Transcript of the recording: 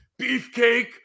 beefcake